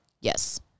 Yes